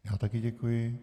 Já také děkuji.